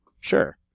Sure